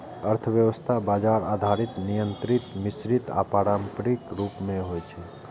अर्थव्यवस्था बाजार आधारित, नियंत्रित, मिश्रित आ पारंपरिक रूप मे होइ छै